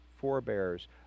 forebears